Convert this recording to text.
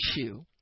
issue